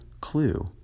clue